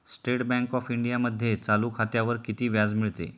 State bank of इंडियामध्ये चालू खात्यावर किती व्याज मिळते?